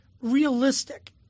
realistic